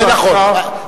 זה נכון,